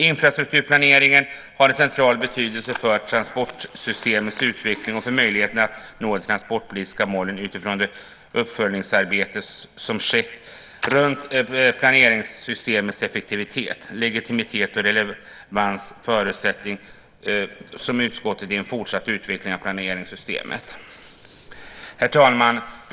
Infrastrukturplaneringen har en central betydelse för transportsystemens utveckling och för möjligheterna att nå de transportpolitiska målen utifrån det uppföljningsarbete som skett om planeringssystemets legitimitet och relevans. Det är en förutsättning för en fortsatt utveckling av planeringssystemet. Fru talman!